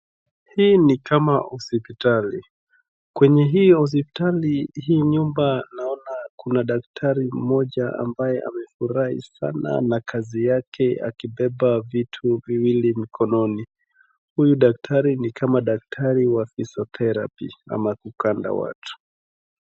Hii ni kama hospitali, kwenye hii hospitali hii nyumba naona kuna daktari mmoja ambaye amefurahi sana na kazi yake akibeba vitu viwili mkononi. Huyu daktari ni kama daktari wa PHYSIOTHERAPY ama kukanda watu.